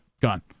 gone